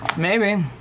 maybe.